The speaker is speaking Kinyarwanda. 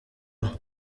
aha